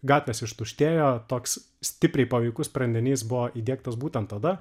gatvės ištuštėjo toks stipriai paveikus sprendinys buvo įdiegtas būtent tada